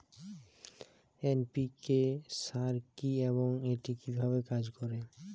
NPK সার কি এবং এটি কিভাবে কাজ করে?